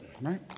right